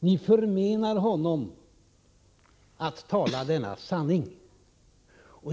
Ni förmenar honom att tala denna sanning.